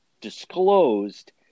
disclosed